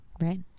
right